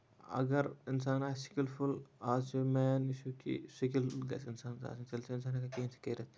اَگر اِنسانَ آسہِ سِکِلفُل آز چھُ مین اِشوٗ کہِ سِکِل گژھِ اِنسانَس آسُن تیٚلہِ چھُ اِنسان ہٮ۪کان کیٚنہہ تہِ کٔرِتھ